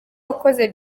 yakoze